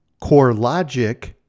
CoreLogic